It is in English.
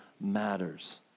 matters